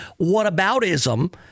whataboutism